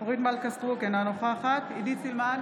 אורית מלכה סטרוק, אינה נוכחת עידית סילמן,